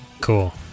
Cool